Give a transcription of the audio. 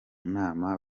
nama